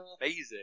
amazing